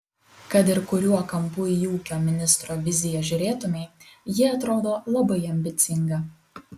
kad ir kuriuo kampu į ūkio ministro viziją žiūrėtumei ji atrodo labai ambicinga